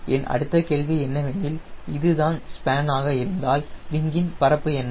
என் அடுத்த கேள்வி என்னவெனில் இது தான் ஸ்பேன் ஆக இருந்தால் விங்கின் பரப்பு என்ன